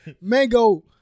mango